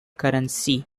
currency